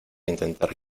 intentar